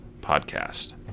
podcast